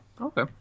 Okay